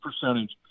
percentage